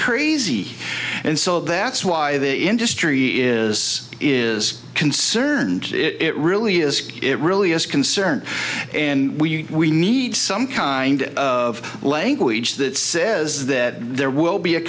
crazy and so that's why the industry is is concerned it really is it really is concerned and we need some kind of language that says that there will be a